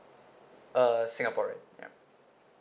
uh singaporean ya